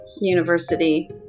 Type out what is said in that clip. university